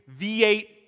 V8